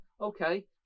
okay